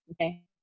Okay